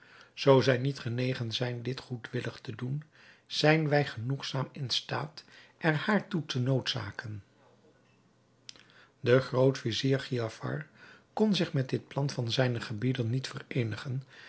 zoo zij niet genegen zijn dit goedwillig te doen zijn wij genoegzaam in staat er haar toe te noodzaken de groot-vizier giafar kon zich met dit plan van zijnen gebieder niet vereenigen